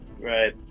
Right